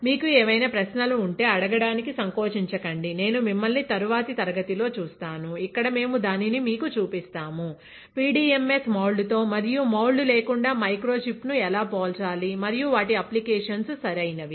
మీకు ఏవైనా ప్రశ్నలు ఉంటే అడగడానికి సంకోచించకండి నేను మిమ్మల్ని తరువాతి తరగతిలో చూస్తాను ఇక్కడ మేము దానిని మీకు చూపిస్తాము పిడిఎంఎస్ మౌల్డ్తో మరియు మౌల్డ్ లేకుండా మైక్రోచిప్ ను ఎలా పోల్చాలి మరియు వాటి అప్లికేషన్స్ సరైనవి